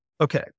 Okay